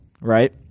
Right